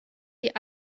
die